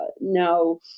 now